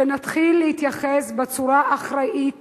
שנתחיל להתייחס בצורה אחראית